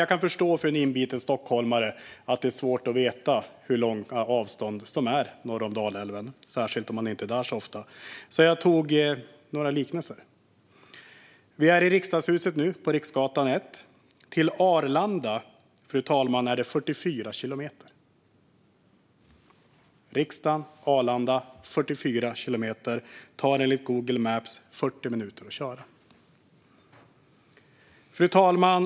Jag kan förstå att det för en inbiten stockholmare är svårt att veta hur långa avstånden är norr om Dalälven, särskilt om man inte är där så ofta, så jag ska göra några jämförelser. Vi är i Riksdagshuset nu, på Riksgatan 1. Härifrån till Arlanda, fru talman, är det 44 kilometer. Det tar enligt Google Maps 40 minuter att köra. Fru talman!